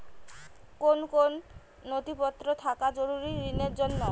কোন কোন নথিপত্র থাকা জরুরি ঋণের জন্য?